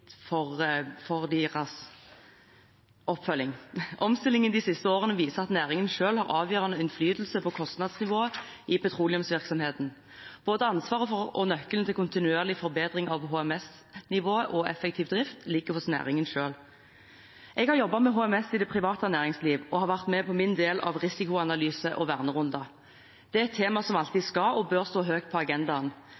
for, virksomhetenes egen oppfølging. Omstillingen de siste årene viser at næringen selv har avgjørende innflytelse på kostnadsnivået i petroleumsvirksomheten. Både ansvaret for og nøkkelen til kontinuerlig forbedring av HMS-nivået og effektiv drift ligger hos næringen selv. Jeg har jobbet med HMS i det private næringsliv og har vært med på min del av risikoanalyser og vernerunder. Det er et tema som alltid